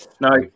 No